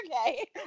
okay